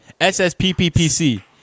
SSPPPC